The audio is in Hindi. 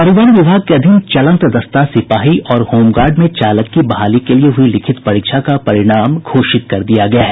परिवहन विभाग के अधीन चलंत दस्ता सिपाही और होमगार्ड में चालक की बहाली के लिये हुयी लिखित परीक्षा का परिणाम घोषित कर दिया गया है